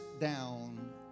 down